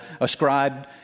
ascribed